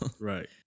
Right